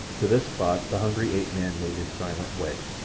to this spot the hungry ape-man made his silent way.